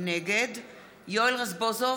נגד יואל רזבוזוב,